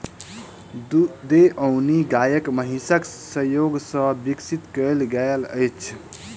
देओनी गाय महीसक संजोग सॅ विकसित कयल गेल अछि